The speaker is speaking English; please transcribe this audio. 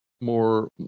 more